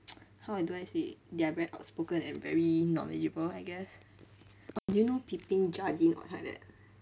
how I do I say it they are very outspoken and very not legible I guess do you know peeping judging or something like that